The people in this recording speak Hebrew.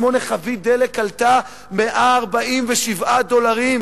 חבית דלק עלתה 147 דולרים,